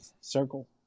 circle